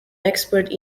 expert